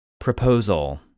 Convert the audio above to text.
Proposal